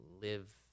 Live